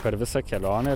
per visą kelionę